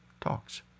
talks